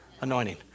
anointing